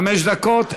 חמש דקות לרשותך.